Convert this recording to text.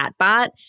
chatbot